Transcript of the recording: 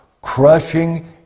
crushing